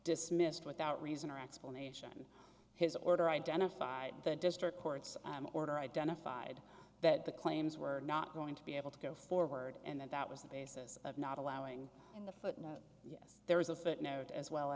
dismissed without reason or explanation his order identified the district court's order identified that the claims were not going to be able to go forward and that that was the basis of not allowing in the footnote yes there is a footnote as well